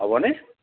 হ'বনে